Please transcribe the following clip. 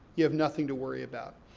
you have nothing to worry about.